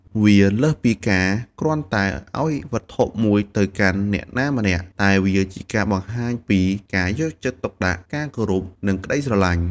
វាលើសពីការគ្រាន់តែឱ្យវត្ថុមួយទៅកាន់អ្នកណាម្នាក់ តែវាជាការបង្ហាញពី ការយកចិត្តទុកដាក់ ការគោរព និងក្តីស្រឡាញ់។